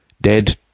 dead